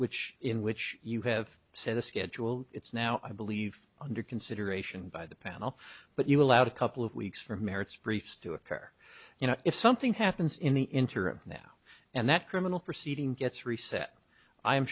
which in which you have set a schedule it's now i believe under consideration by the panel but you allowed a couple of weeks for merits briefs to occur you know if something happens in the interim now and that criminal proceeding gets reset i